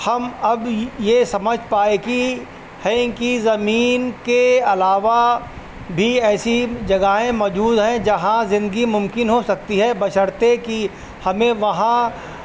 ہم اب یہ سمجھ پائے کہ ہیں کہ زمین کے علاوہ بھی ایسی جگہیں موجود ہیں جہاں زندگی ممکن ہو سکتی ہے بشرطے کی ہمیں وہاں